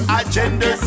agenda